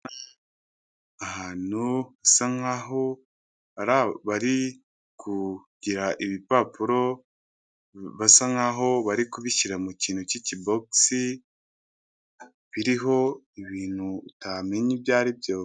Ahantu hasa nk'aho bari kugira ibipapuro, basa nk'aho bari kubishyira mu kintu cy'ikibokisi, biriho ibintu utamenya ibyo ari byo.